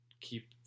keep